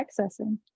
accessing